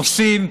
עושים,